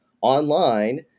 online